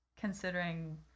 considering